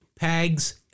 Pags